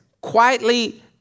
quietly